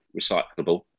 recyclable